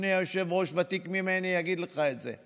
אדוני היושב-ראש ותיק ממני, יגיד לך את זה.